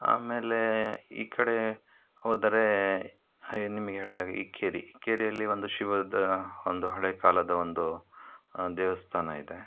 ಆಮೇಲೆ ಈ ಕಡೆ ಹೋದರೆ ನಿಮಗೆ ಹೇಳ್ದಾಗೆ ಇಕ್ಕೇರಿ ಇಕ್ಕೇರಿಯಲ್ಲಿ ಒಂದು ಶಿವದ ಒಂದು ಹಳೆ ಕಾಲದ ಒಂದು ದೇವಸ್ಥಾನ ಇದೆ